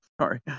Sorry